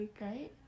right